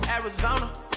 Arizona